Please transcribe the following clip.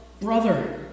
brother